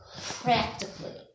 Practically